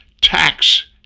tax